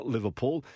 Liverpool